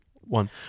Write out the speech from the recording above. one